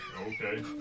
Okay